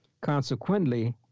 Consequently